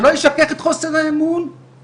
שלא לשבת בכיסא ולחכות לגודו.